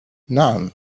نعم